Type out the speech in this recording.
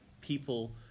people